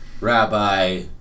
rabbi